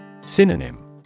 Synonym